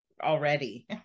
already